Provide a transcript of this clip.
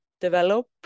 develop